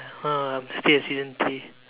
ah I'm still at season three